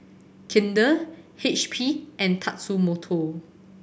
Kinder H P and Tatsumoto